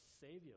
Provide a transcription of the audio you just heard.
savior